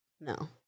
no